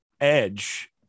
edge